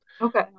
Okay